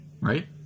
right